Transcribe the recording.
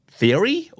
theory